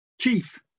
Chief